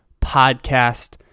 podcast